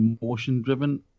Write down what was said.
emotion-driven